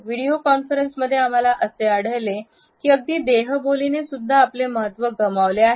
audio कॉन्फरन्समध्ये आम्हाला असे आढळते की अगदी देहबोली ने सुद्धा आपले महत्त्व गमावले आहे